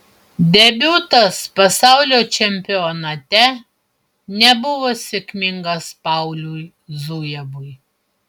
debiutas pasaulio čempionate nebuvo sėkmingas pauliui zujevui